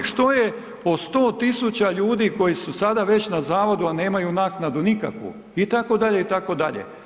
Što je o 100 000 ljudi koji su sada već na zavodu, a nemaju naknadu nikakvu, itd. itd.